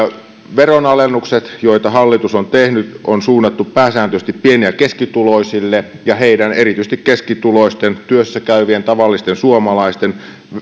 veronalennukset joita hallitus on tehnyt on suunnattu pääsääntöisesti pieni ja keskituloisille heidän erityisesti keskituloisten työssä käyvien tavallisten suomalaisten